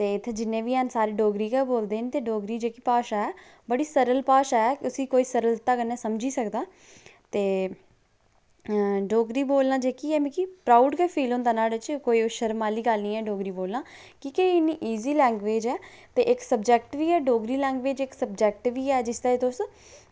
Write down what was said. ते इत्थें जिन्ने बी हैन सारे गै डोगरी बोलदे न ते डोगरी जेह्की भाशा ऐ बड़ी सरल भाशा ऐ ते उसी कोई सरलता कन्नै समझी सकदा ऐ ते ते डोगरी बोलना मिगी ऐ जेह्की प्रॉऊड गै फील होंदा न्हाड़ै च कोई शर्म आह्ली गल्ल निं ऐ डोगरी बोलना की के हून इजी लैंग्वेज़ ऐ ते इक्क सब्जैक्ट बी ऐ डोगरी लैंग्वेज़ इक्क सब्जैक्ट बी ऐ जिसदे ई तुस